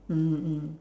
mmhmm mm